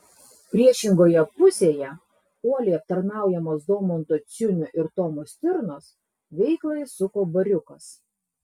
priešingoje pusėje uoliai aptarnaujamas daumanto ciunio ir tomo stirnos veiklą įsuko bariukas